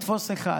לתפוס אחד,